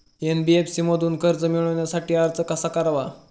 NBFC मधून कर्ज मिळवण्यासाठी अर्ज कसा करावा?